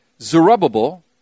Zerubbabel